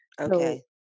Okay